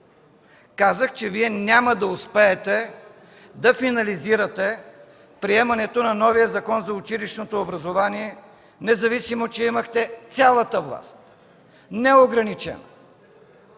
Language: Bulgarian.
Казах, че Вие няма да успеете да финализирате приемането на новия Закон за училищното образование, независимо че имахте цялата власт, неограничена